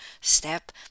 step